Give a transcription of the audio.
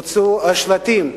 הוצאו שלטים,